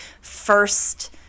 first